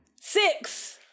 Six